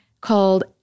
called